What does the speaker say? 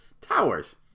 towers